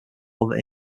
other